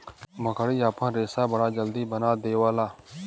मकड़ी आपन रेशा बड़ा जल्दी बना देवला